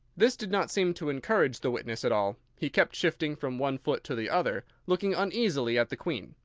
this did not seem to encourage the witness at all he kept shifting from one foot to the other, looking uneasily at the queen,